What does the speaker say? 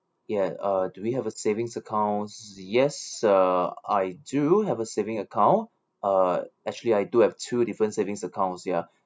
ya uh do we have a savings account yes uh I do have a saving account uh actually I do have two different savings accounts ya